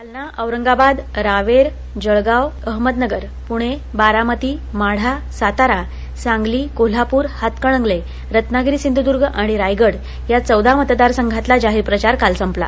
जालना औरंगाबाद रावेर जळगाव अहमदनगर पुणे बारामती माढा सातारा सांगली कोल्हापूर हातकणंगले रत्नागिरी सिंधुदूर्ग आणि रायगड या चौदा मतदारसंघातला जाहीर प्रचार काल संपला